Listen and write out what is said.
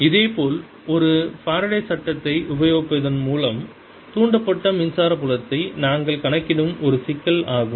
இதேபோல் ஒரு Faraday Faraday's சட்டத்தை உபயோகிப்பதன் மூலம் தூண்டப்பட்ட மின்சார புலத்தை நாங்கள் கணக்கிடும் ஒரு சிக்கல் ஆகும்